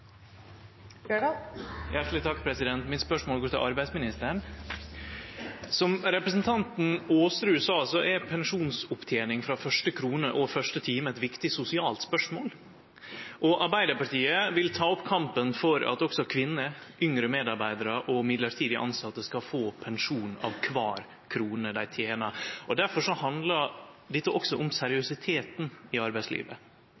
Mitt spørsmål går til arbeidsministeren. Som representanten Aasrud sa, er pensjonsopptening frå første krone og første time eit viktig sosialt spørsmål. Arbeidarpartiet vil ta opp kampen for at også kvinner, yngre medarbeidarar og mellombels tilsette skal få pensjon av kvar krone dei tener. Difor handlar dette også om seriøsiteten i arbeidslivet.